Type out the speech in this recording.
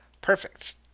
Perfect